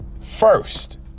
first